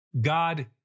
God